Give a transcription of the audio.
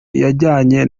yajyanye